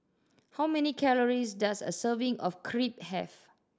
how many calories does a serving of Crepe have